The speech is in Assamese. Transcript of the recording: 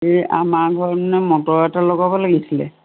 এই আমাৰ ঘৰত মানে মটৰ এটা লগাব লাগিছিলে